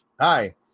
hi